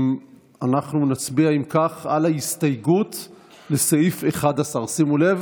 אנחנו נצביע, אם כך, על הסתייגות 11. שימו לב,